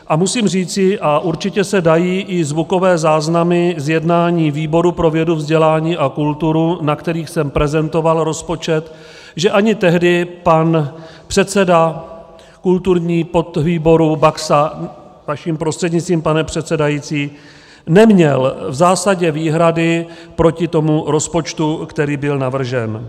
A musím říci, a určitě se dají i zvukové záznamy z jednání výboru pro vědu, vzdělání a kulturu, na kterých jsem prezentoval rozpočet, že ani tehdy pan předseda kulturního podvýboru Baxa vaším prostřednictvím, pane předsedající neměl v zásadě výhrady proti tomu rozpočtu, který byl navržen.